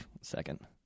Second